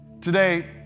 Today